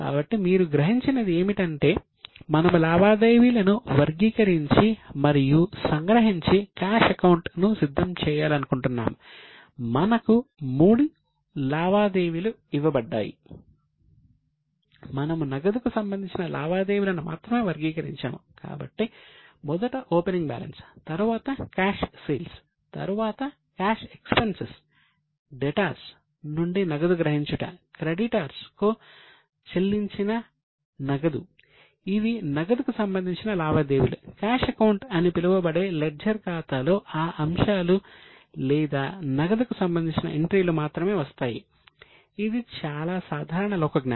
కాబట్టి మీరు గ్రహించినది ఏమిటంటే మనము లావాదేవీలను వర్గీకరించి మరియు సంగ్రహించి క్యాష్ అకౌంట్ లో ఆ అంశాలు లేదా నగదుకు సంబంధించిన ఎంట్రీలు మాత్రమే వస్తాయి ఇది చాలా సాధారణ లోకజ్ఞానం